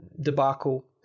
debacle